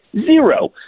Zero